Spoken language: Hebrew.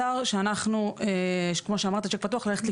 הצורך שעמידר מעריכה הוא בערך 2000 דירות